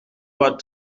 pas